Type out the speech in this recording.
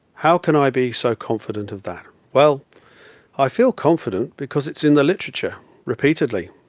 how can i be so confident of that? well i feel confident because it's in the literature repeatedly.